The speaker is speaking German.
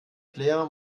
player